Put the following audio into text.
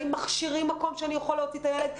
האם מכשירים מקום שאני יכול להוציא את הילד?